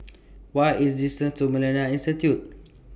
What IS The distance to Millennia Institute